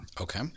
Okay